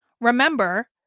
Remember